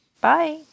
bye